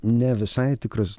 ne visai tikras